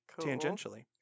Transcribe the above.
tangentially